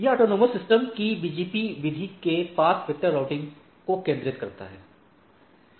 यह autonomous system की BGP विधि के पाथ वेक्टर राउटिंग को केन्द्रित करता है